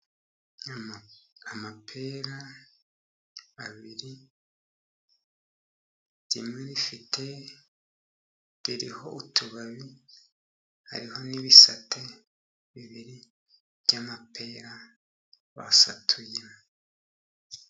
Nyuma amapera abiri zimwe zifite ziriho utubabi hariho ,n'ibisate bibiri by'amapera basatuyemo.